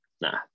nah